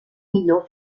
millor